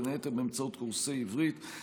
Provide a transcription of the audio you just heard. בין היתר באמצעות קורסי עברית,